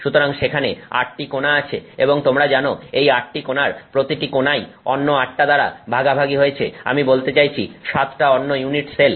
সুতরাং সেখানে 8 টি কোণা আছে এবং তোমরা জানো এই 8 টি কোণার প্রতিটি কোণাই অন্য 8 টা দ্বারা ভাগাভাগি হয়েছে আমি বলতে চাইছি 7 টা অন্য ইউনিট সেল